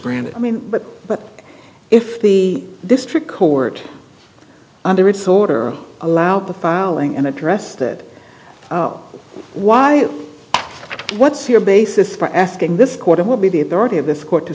granted i mean but but if the district court under its order allowed the filing and address that why what's your basis for asking this court it will be the authority of the court to